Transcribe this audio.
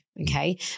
okay